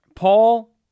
Paul